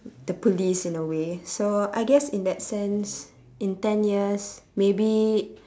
the police in a way so I guess in that sense in ten years maybe